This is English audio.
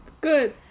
good